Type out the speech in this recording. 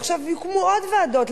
ועכשיו יוקמו עוד ועדות,